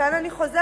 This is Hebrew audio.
וכאן אני חוזרת,